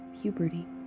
puberty